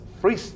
free